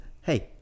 hey